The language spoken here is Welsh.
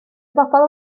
bobl